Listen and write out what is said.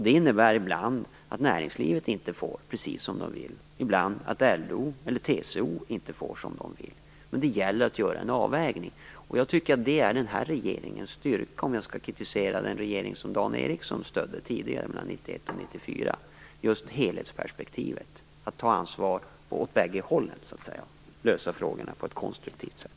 Den innebär ibland att näringslivet inte får precis som det vill, och ibland att LO och TCO inte får som de vill. Men det gäller att göra en avvägning, och jag tycker att det är den här regeringens styrka. Om jag skall kritisera den regering som Dan Ericsson stödde tidigare, mellan 1991 och 1994, är det för bristen på helhetsperspektiv - att ta ansvar åt bägge hållen och lösa frågorna på ett konstruktivt sätt.